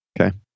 Okay